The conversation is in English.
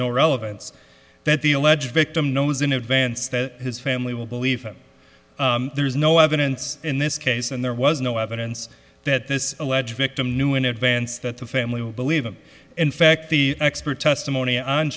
no relevance that the alleged victim knows in advance that his family will believe him there is no evidence in this case and there was no evidence that this alleged victim knew in advance that the family would believe him in fact the expert testimony on